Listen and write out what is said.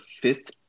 fifth